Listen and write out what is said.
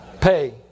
Pay